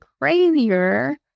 crazier